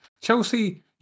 Chelsea